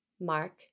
Mark